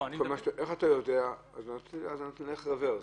נלך אחורה.